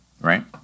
right